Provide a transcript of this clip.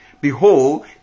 behold